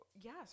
yes